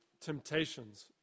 temptations